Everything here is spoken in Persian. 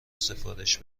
سفارش